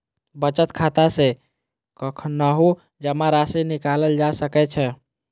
बचत खाता सं कखनहुं जमा राशि निकालल जा सकै छै